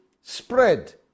spread